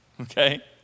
okay